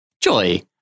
Joy